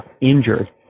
injured